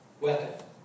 weapon